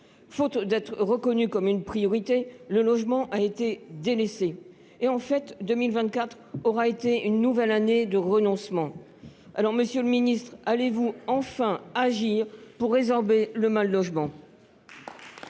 Faute d’être reconnu comme une priorité, le logement a été délaissé. De fait, 2024 aura été une nouvelle année de renoncement. Madame la ministre, allez vous enfin agir pour résorber le mal logement ?